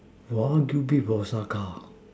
wagyu beef Osaka